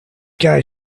guy